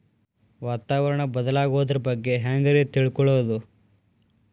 ವಾತಾವರಣ ಬದಲಾಗೊದ್ರ ಬಗ್ಗೆ ಹ್ಯಾಂಗ್ ರೇ ತಿಳ್ಕೊಳೋದು?